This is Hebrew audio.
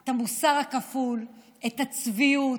את המוסר הכפול, את הצביעות,